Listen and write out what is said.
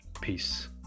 peace